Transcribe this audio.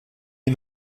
les